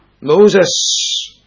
Moses